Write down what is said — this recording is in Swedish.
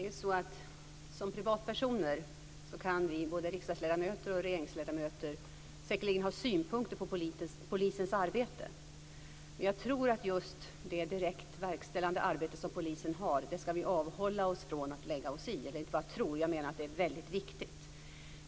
Fru talman! Som privatpersoner kan vi, både riksdagsledamöter och regeringsledamöter, säkerligen ha synpunkter på polisens arbete. Men jag tror att vi ska avhålla oss från att lägga oss i det direkt verkställande arbete som polisen gör - eller jag inte bara tror, utan jag menar att det är väldigt viktigt.